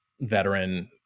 veteran